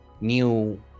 new